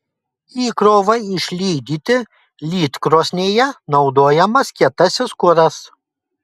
įkrovai išlydyti lydkrosnėje naudojamas kietasis kuras